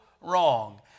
wrong